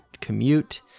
commute